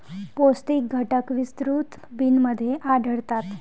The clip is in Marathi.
पौष्टिक घटक विस्तृत बिनमध्ये आढळतात